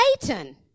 Satan